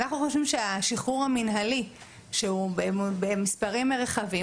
אנחנו חושבים שהשחרור המנהלי שהוא במספרים רחבים,